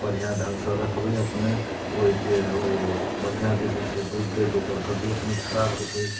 बढ़िआँ ढ़ङ्गसँ रखबै अपने ओइके ओ बढ़िआँ जे छै से दूध देत ओकर तबियत नहि खराब हेतै